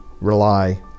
rely